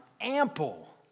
ample